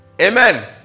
amen